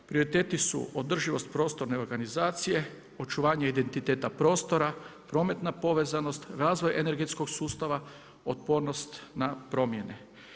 Prioriteti su održivost prostorne organizacije, očuvanje identiteta prostora, prometna povezanost, razvoj energetskog sustava, otpornost na promjene.